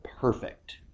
perfect